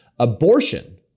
Abortion